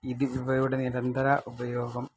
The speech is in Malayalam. ഇത് ഇവയുടെ നിരന്തര ഉപയോഗം